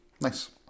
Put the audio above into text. nice